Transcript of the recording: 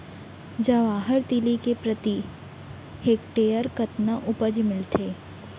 जवाहर तिलि के प्रति हेक्टेयर कतना उपज मिलथे?